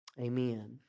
Amen